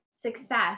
success